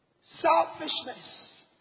Selfishness